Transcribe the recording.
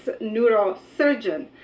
neurosurgeon